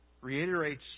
reiterates